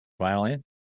Violin